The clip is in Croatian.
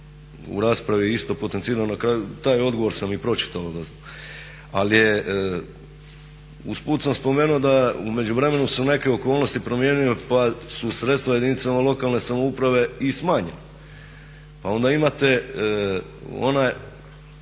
u raspravi je isto potencirao na kraju taj odgovor sam i pročitao. Ali je, usput sam spomenuo da međuvremenu su se neke okolnosti promijenjene pa su sredstva jedinicama lokalne samouprave i smanjena. Pa onda imate onaj